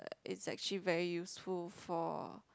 uh is actually very useful for